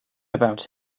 about